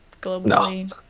globally